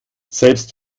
selbst